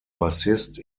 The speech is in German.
bassist